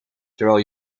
terwijl